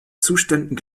zuständen